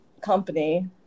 Company